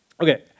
okay